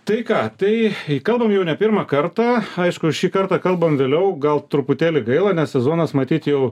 tai ką tai kalbam jau ne pirmą kartą aišku šį kartą kalbam vėliau gal truputėlį gaila nes sezonas matyt jau